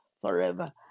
forever